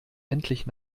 endlich